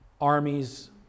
armies